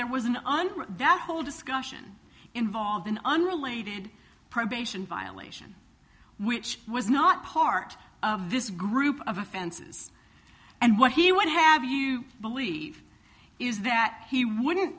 there was an undo that whole discussion involved an unrelated probation violation which was not part of this group of offenses and what he would have you believe is that he wouldn't